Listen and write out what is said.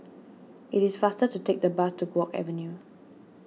it is faster to take the bus to Guok Avenue